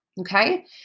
Okay